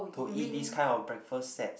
to eat this kind of breakfast set